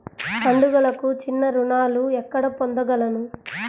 పండుగలకు చిన్న రుణాలు ఎక్కడ పొందగలను?